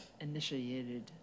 initiated